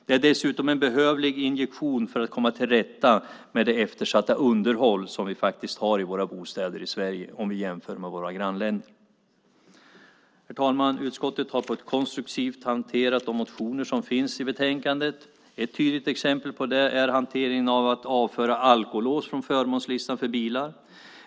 Det är också en behövlig injektion för att komma till rätta med det eftersatta underhåll som vi har i våra bostäder i Sverige om vi jämför med våra grannländer. Herr talman! Utskottet har på ett konstruktivt sätt hanterat de motioner som finns i betänkandet. Ett tydligt exempel är hanteringen av att avföra alkolås från förmånslistan för bilar.